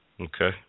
Okay